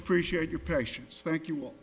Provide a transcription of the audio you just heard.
appreciate your patience thank you